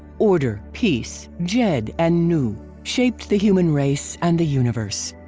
order, peace, djed and nu shaped the human race and the universe.